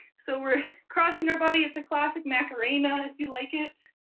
so we're crossing our body. it's a classic macarena, if you like it,